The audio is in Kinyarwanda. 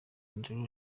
andrew